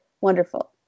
wonderful